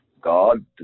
God